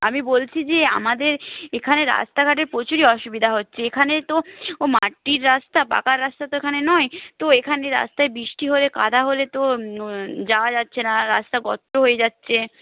আমি বলছি যে আমাদের এখানে রাস্তাঘাটে প্রচুরই অসুবিধা হচ্ছে এখানে তো মাটির রাস্তা পাকা রাস্তা তো এখানে নয় তো এখানে রাস্তায় বৃষ্টি হলে কাদা হলে তো যাওয়া যাচ্ছে না রাস্তা গর্ত হয়ে যাচ্ছে